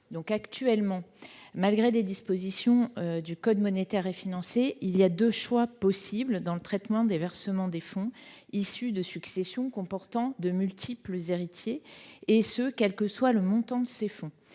Actuellement, malgré les dispositions du code monétaire et financier, il y a deux choix possibles dans le traitement du versement des fonds issus de successions comportant de multiples héritiers, et ce quel que soit le montant de ces fonds.